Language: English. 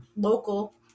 Local